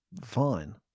fine